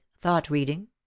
thought-reading